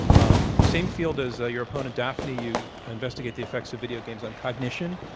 um same field as ah your opponent, daphne. you investigate the effects of video games on cognition.